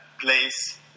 place